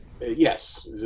yes